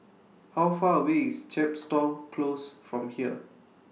How Far away IS Chepstow Close from here